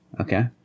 Okay